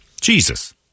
Jesus